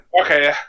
Okay